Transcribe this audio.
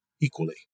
equally